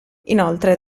inoltre